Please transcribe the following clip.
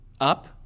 up